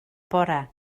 bore